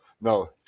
No